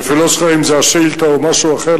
אני אפילו לא זוכר אם זה השאילתא או משהו אחר,